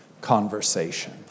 conversation